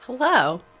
Hello